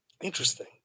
Interesting